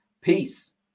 Peace